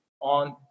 on